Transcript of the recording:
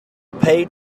paid